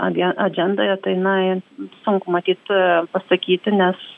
agen adžendoje tai nai sunku matyt pasakyti nes